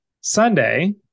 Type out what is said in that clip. Sunday